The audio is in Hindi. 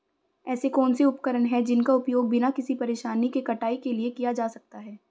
ऐसे कौनसे उपकरण हैं जिनका उपयोग बिना किसी परेशानी के कटाई के लिए किया जा सकता है?